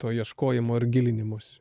to ieškojimo ir gilinimosi